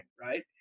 right